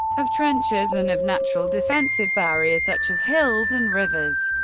of trenches and of natural defensive barriers such as hills and rivers.